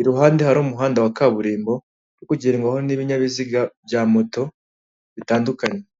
iruhande hari umuhanda wa kaburimbo uri kugendwaho n'ibinyabiziga bya moto bitandukanye.